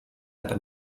aber